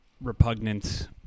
repugnance